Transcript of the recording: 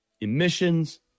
Emissions